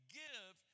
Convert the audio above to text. give